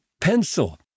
pencil